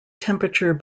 temperature